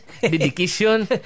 Dedication